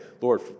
Lord